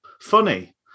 funny